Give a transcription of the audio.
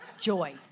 Joy